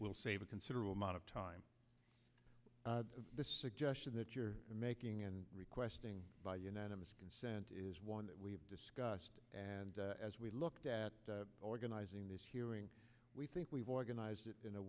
will save a considerable amount of time the suggestion that you're making and requesting by unanimous consent is one that we've discussed and as we looked at organizing this hearing we think we've organized it in a